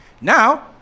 Now